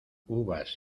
uvas